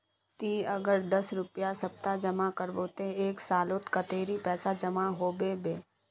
ती अगर दस रुपया सप्ताह जमा करबो ते एक सालोत कतेरी पैसा जमा होबे बे?